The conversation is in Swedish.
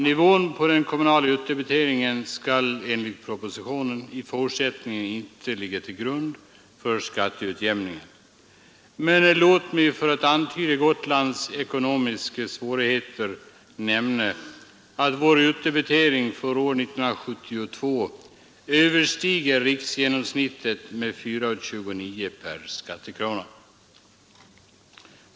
Nivån på den kommunala utdebiteringen skall enligt propositionen i fortsättningen inte ligga till grund för skatteutjämningen, men låt mig för att antyda Gotlands ekonomiska svårigheter nämna att vår utdebitering för år 1972 överstiger riksgenomsnittet med 4:29 per skattekrona.